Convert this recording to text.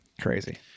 crazy